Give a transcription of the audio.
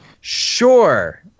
Sure